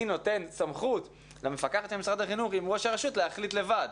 נותן סמכות למפקחת של משרד החינוך עם ראש הרשות להחליט לבד.